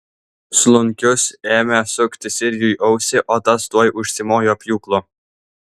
slunkius ėmė sukti sirijui ausį o tas tuoj užsimojo pjūklu